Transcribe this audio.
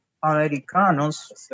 americanos